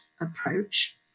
approach